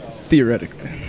Theoretically